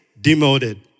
demoted